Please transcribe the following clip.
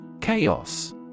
Chaos